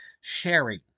sharing